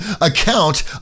account